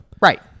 right